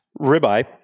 ribeye